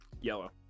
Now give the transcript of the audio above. yellow